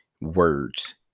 words